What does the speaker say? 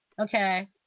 Okay